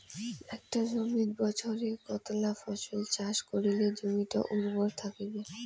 একটা জমিত বছরে কতলা ফসল চাষ করিলে জমিটা উর্বর থাকিবে?